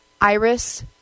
iris